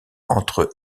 entre